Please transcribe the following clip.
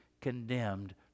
condemned